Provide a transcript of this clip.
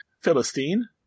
Philistine